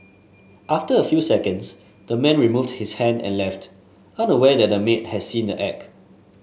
after a few seconds the man removed his hand and left unaware that the maid had seen the act